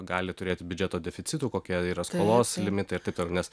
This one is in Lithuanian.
gali turėti biudžeto deficitų kokie yra skolos limitais nes